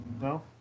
No